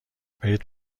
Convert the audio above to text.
برید